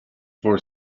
for